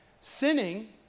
Sinning